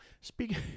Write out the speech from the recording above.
speaking